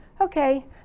okay